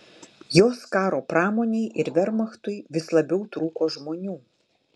jos karo pramonei ir vermachtui vis labiau trūko žmonių